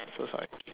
so sorry